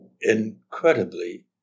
incredibly